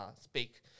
speak